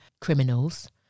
criminals